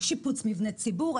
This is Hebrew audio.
שיפוץ מבני ציבור,